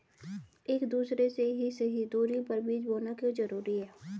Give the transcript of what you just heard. एक दूसरे से सही दूरी पर बीज बोना क्यों जरूरी है?